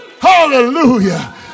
hallelujah